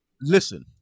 Listen